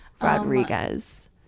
Rodriguez